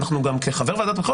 הוא לא קיבל על זה תמורה,